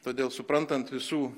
todėl suprantant visų